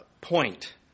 point